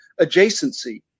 adjacency